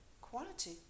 quality